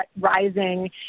rising